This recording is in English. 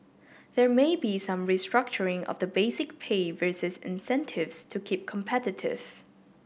there may be some restructuring of the basic pay versus incentives to keep competitive